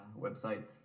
websites